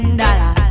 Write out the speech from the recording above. dollar